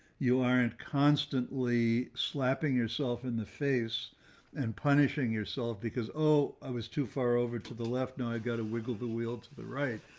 you aren't constantly slapping yourself in the face and punishing yourself because oh, i was too far over to the left. now i've got to wiggle the wheel to the right.